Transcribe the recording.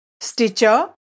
Stitcher